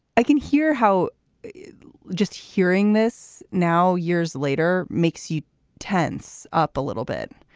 i can hear how just hearing this now years later makes you tense up a little bit.